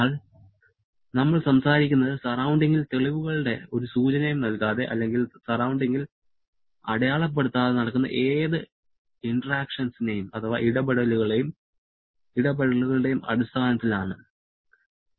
എന്നാൽ നമ്മൾ സംസാരിക്കുന്നത് സറൌണ്ടിങ്ങിൽ തെളിവുകളുടെ ഒരു സൂചനയും നൽകാതെ അല്ലെങ്കിൽ സറൌണ്ടിങ്ങിൽ അടയാളപ്പെടുത്താതെ നടക്കുന്ന ഏത് ഇടപെടലുകളുടെയും അടിസ്ഥാനത്തിൽ ആണ്